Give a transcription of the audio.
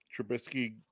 Trubisky